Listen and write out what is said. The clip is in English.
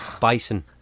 bison